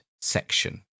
section